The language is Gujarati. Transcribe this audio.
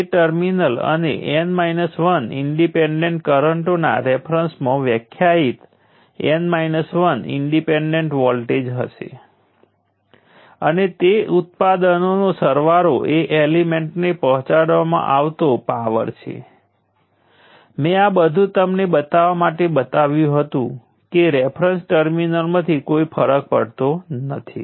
તેથી ચાલો કહીએ કે આપણે ઇન્ડક્ટરમાં t 100 માઈક્રોસેકન્ડમાં એનર્જીને ધ્યાનમાં લેવાની છે આપણે માત્ર અડધા L IL2 ની ગણતરી કરવાની છે જ્યાં IL કરંટ t 100 માઇક્રોસેકન્ડ છે